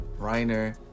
Reiner